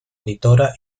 editora